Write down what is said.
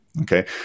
Okay